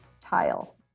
Tile